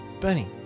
Bernie